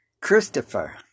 Christopher